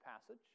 passage